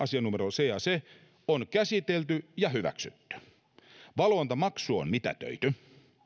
asianumero se ja se on käsitelty ja hyväksytty valvontamaksu on mitätöity